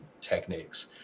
techniques